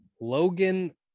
logan